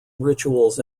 rituals